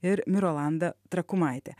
ir mirolanda trakumaitė